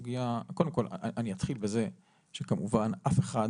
קודם כל אני אתחיל בזה שכמובן אף אחד